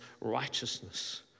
righteousness